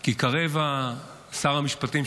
כי כרגע שר המשפטים,